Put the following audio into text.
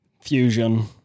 fusion